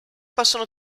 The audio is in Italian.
possono